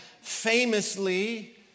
famously